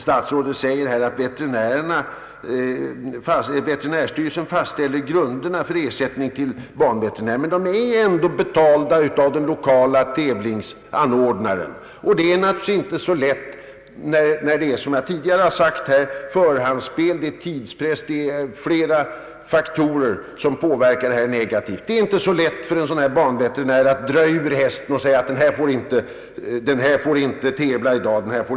Statsrådet säger här att veterinärstyrelsen fastställer grunderna för ersättningen till banveterinärerna, men de är ändå betalda av de lokala tävlingsanordnarna. Det är naturligtvis inte så lätt, när det förekommer förhandsspel, tidspress och andra faktorer som påverkar detta i negativ riktning, för en banveterinär att dra ur en häst och säga att den hästen inte får tävla nu.